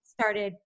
started